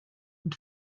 und